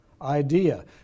idea